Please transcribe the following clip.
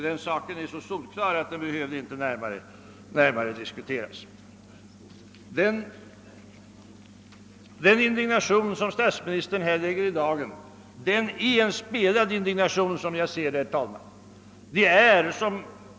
Den saken är så solkiar att den inte närmare behöver diskuteras. Den indignation som statsministern här lägger i dagen är som jag ser det, herr talman, en spelad indignation.